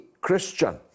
Christian